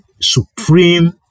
supreme